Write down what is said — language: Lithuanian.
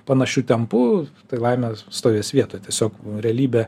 panašiu tempu tai laimė stovės vietoj tiesiog realybė